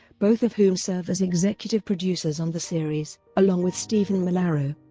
both of whom serve as executive producers on the series, along with steven molaro.